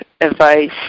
advice